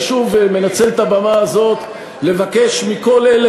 אני שוב מנצל את הבמה הזאת לבקש מכל אלה